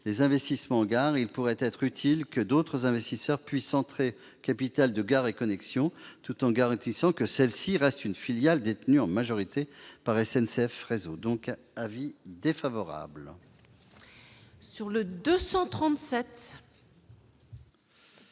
les investissements en gare, il pourrait être utile que d'autres investisseurs puissent entrer au capital de Gares & Connexions, tout en garantissant que cette entité reste une filiale détenue en majorité par SNCF Réseau. L'avis est donc défavorable.